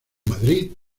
madrid